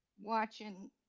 watching